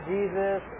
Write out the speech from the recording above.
Jesus